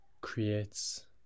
creates